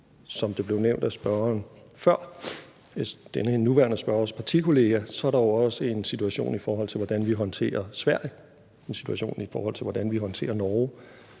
Som det blev nævnt af spørgeren før, den nuværende spørgers partikollega, så er der jo også en situation, i forhold til hvordan vi håndterer Sverige, og en situation, i forhold til hvordan vi håndterer Norge,